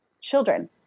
children